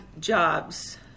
Jobs